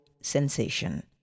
sensation